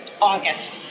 August